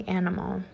animal